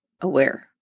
aware